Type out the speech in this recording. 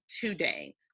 today